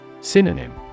Synonym